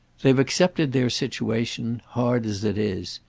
they've accepted their situation hard as it is.